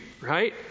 right